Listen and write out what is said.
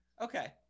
Okay